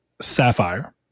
Sapphire